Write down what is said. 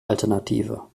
alternative